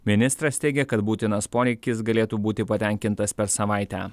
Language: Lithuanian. ministras teigia kad būtinas poreikis galėtų būti patenkintas per savaitę